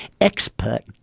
expert